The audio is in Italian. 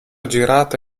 girato